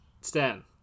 Stan